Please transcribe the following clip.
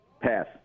pass